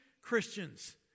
Christians